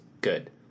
good